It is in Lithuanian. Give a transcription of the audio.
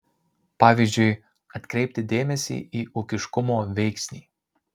pavyzdžiui atkreipti dėmesį į ūkiškumo veiksnį